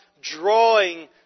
drawing